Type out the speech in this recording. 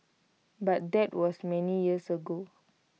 but that was many years ago